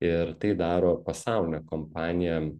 ir tai daro pasaulinė kompanija